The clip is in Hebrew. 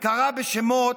וקרא בשמות,